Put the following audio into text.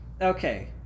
Okay